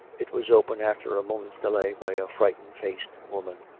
it was opened after a moment's delay by a frightened-faced woman.